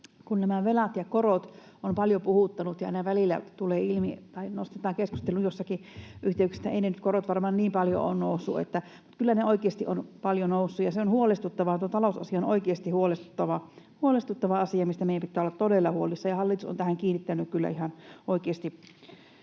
että nämä velat ja korot ovat paljon puhututtaneet ja aina välillä nostetaan keskusteluun joissakin yhteyksissä, että eivät ne korot nyt varmaan niin paljon ole nousseet, mutta kyllä ne oikeasti ovat paljon nousseet. Ja se on huolestuttavaa, tuo talousasia on oikeasti huolestuttava asia, mistä meidän pitää olla todella huolissamme, ja hallitus on tähän kiinnittänyt kyllä ihan oikeasti